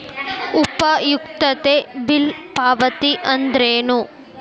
ಉಪಯುಕ್ತತೆ ಬಿಲ್ ಪಾವತಿ ಅಂದ್ರೇನು?